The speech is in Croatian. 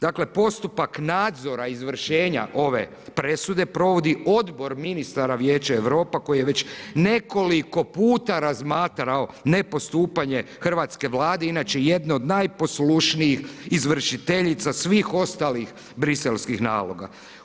Dakle, postupak nadzora izvršenja ove presude provodi Odbor ministara vijeća Europe koji je već nekoliko puta razmatrao ne postupanje Hrvatske Vlade, inače jedne od najposlušnijih izvršiteljica svih ostalih briselskih naloga.